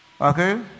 okay